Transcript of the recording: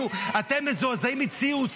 הוא התנצל.